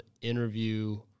interview